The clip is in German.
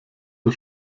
der